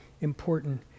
important